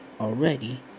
already